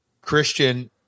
Christian